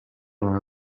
our